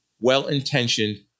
well-intentioned